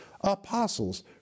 apostles